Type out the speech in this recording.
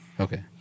Okay